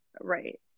Right